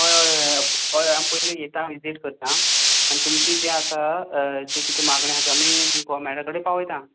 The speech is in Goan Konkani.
हय हय हय हय आमी पयलीं येता निदेश करता आनी तुमची जें आसा जे किदें मागण्यो आसा त्यो आमी गोवोमेंटा कडेन पावोयता